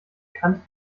kanten